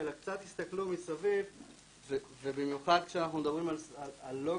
זה כבר בשלב הסופי ומכניסים את זה.